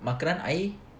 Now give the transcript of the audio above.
makanan air